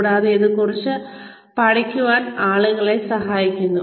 കൂടാതെ ഇത് കുറച്ച് പഠിക്കാൻ ആളുകളെ സഹായിക്കുന്നു